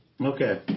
Okay